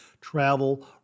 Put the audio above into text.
travel